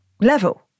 level